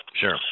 Sure